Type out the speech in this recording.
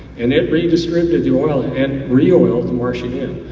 and it redistributed the oil and reoiled the marsh again.